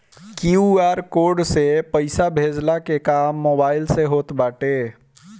QR code से पईसा भेजला के काम मोबाइल से होत बाटे